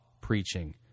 preaching